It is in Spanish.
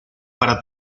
para